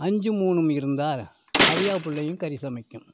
அஞ்சும் மூணும் இருந்தால் அறியா பிள்ளையும் கறி சமைக்கும்